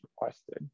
requested